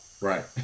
Right